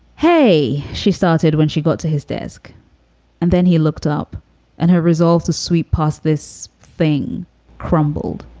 hey, she started when she got to his desk and then he looked up and her resolve to sweep past this thing crumbled,